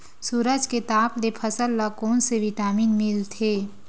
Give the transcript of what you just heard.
सूरज के ताप ले फसल ल कोन ले विटामिन मिल थे?